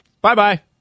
Bye-bye